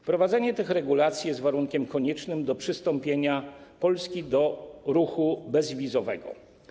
Wprowadzenie tych regulacji jest warunkiem koniecznym do przystąpienia Polski do ruchu bezwizowego.